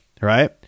right